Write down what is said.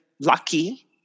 lucky